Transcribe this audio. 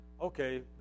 okay